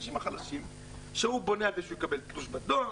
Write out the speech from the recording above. האנשים החלשים שהוא בונה על זה שהוא יקבל תלוש בדואר,